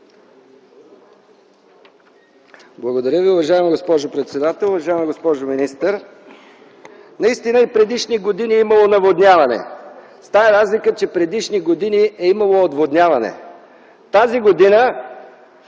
Благодаря Ви, уважаема госпожо председател. Уважаема госпожо министър, наистина и предишни години е имало наводняване, с тая разлика, че предишни години е имало отводняване. Тази година